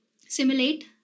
simulate